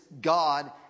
God